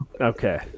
Okay